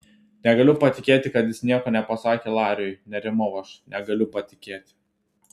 negaliu patikėti kad jis nieko nepasakė lariui nerimau aš negaliu patikėti